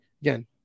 Again